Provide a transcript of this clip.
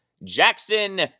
Jackson